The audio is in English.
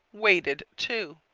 waited too.